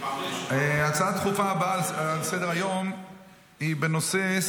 ההצעה הדחופה הבאה על סדר-היום היא בנושא: